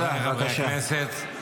חבריי חברי הכנסת -- תודה.